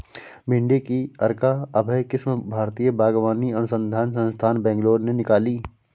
भिंडी की अर्का अभय किस्म भारतीय बागवानी अनुसंधान संस्थान, बैंगलोर ने निकाली